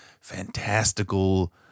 fantastical